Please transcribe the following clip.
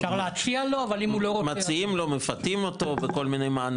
אפשר להציע לו, אבל אם הוא לא רוצה הוא לא חייב.